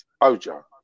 Ojo